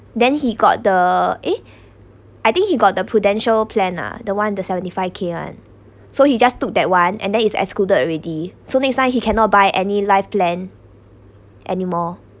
then he got the eh I think he got the Prudential plan ah the one the seventy five K [one] so he just took that one and then is excluded already so next time he cannot buy any life plan anymore